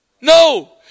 No